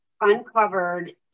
uncovered